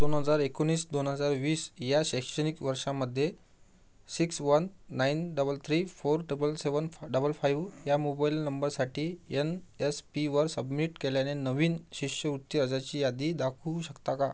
दोन हजार एकोणीस दोन हजार वीस या शैक्षणिक वर्षामध्ये six one nine double three four double seven double five ह्या मोबाइल नंबरसाठी यन यस पीवर सबमिट केलेल्या नवीन शिष्यवृत्ती अर्जाची यादी दाखवू शकता का